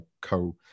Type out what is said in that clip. co-